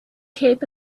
cape